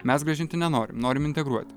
mes grąžinti nenorim norim integruoti